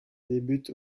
débute